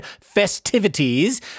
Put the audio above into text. festivities